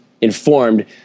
informed